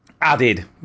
Added